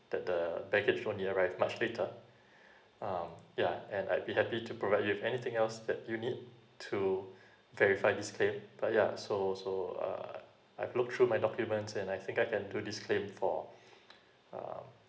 that the baggage only arrived much later um yeah and I'd be happy to provide you with anything else that you need to verify this claim but yeah so so uh I've looked through my documents and I think I can do this claim for uh